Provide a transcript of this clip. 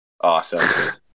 Awesome